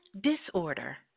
disorder